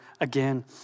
again